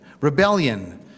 rebellion